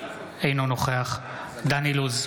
אינו נוכח דן אילוז,